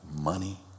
money